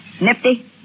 Nifty